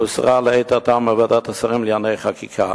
היא הוסרה לעת עתה משולחן ועדת השרים לענייני חקיקה.